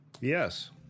Yes